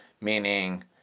Meaning